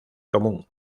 común